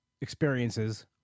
experiences